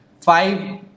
five